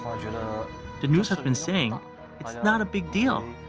um you know the news had been saying it's not a big deal.